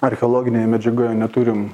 archeologinėje medžiagoje neturim